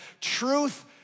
truth